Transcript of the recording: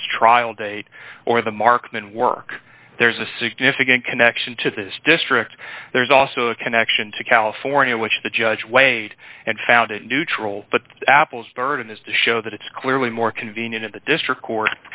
its trial date or the marksman work there's a significant connection to this district there's also a connection to california which the judge weighed and found it neutral but apple's burden is to show that it's clearly more convenient at the district court